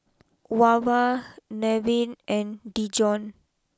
Wava Nevin and Dijon